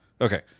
Okay